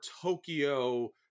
Tokyo